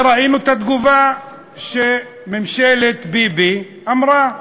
וראינו את התגובה שממשלת ביבי אמרה,